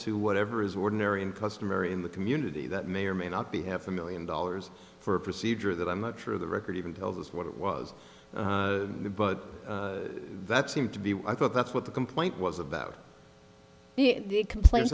to whatever is ordinary and customary in the community that may or may not be half a million dollars for a procedure that i'm not sure the record even tells us what it was but that seemed to be i thought that's what the complaint was about the complain